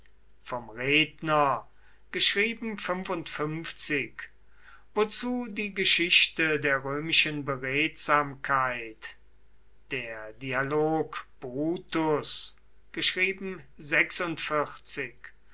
vom redner wozu die geschichte der römischen beredsamkeit der dialog brutus geschrieben